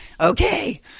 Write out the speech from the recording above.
okay